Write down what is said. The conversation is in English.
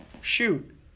Shoot